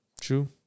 True